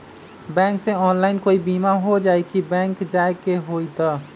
Bank से online कोई बिमा हो जाई कि बैंक जाए के होई त?